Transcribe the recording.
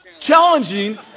challenging